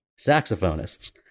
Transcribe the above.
saxophonists